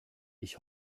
ich